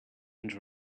and